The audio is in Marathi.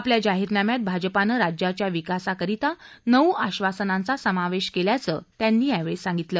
आपल्या जाहीरनाम्यात भाजपानं राज्याच्या विकासाकरता नऊ आश्वासनांचा समावेश केल्याचं ते यावेळी म्हणाले